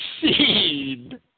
seed